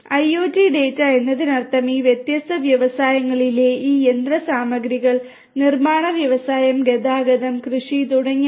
IoT data എന്നതിനർത്ഥം ഈ വ്യത്യസ്ത വ്യവസായത്തിലെ ഈ യന്ത്രസാമഗ്രികൾ നിർമ്മാണ വ്യവസായം ഗതാഗതം കൃഷി തുടങ്ങിയവ